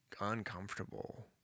uncomfortable